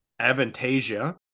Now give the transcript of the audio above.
Aventasia